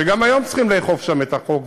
שהיום גם צריך לאכוף שם את החוק,